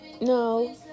no